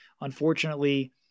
Unfortunately